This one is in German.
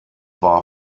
war